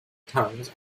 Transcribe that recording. tongues